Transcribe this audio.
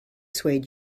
swayed